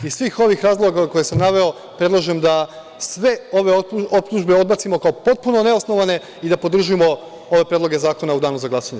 Iz svih ovih razloga koje sam naveo predlažem da sve optužbe odbacimo od potpuno neosnovane i da podržimo ove predloge zakona u danu za glasanje.